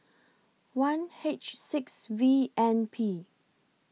one H six V N P